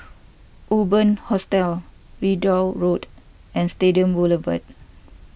Urban Hostel Ridout Road and Stadium Boulevard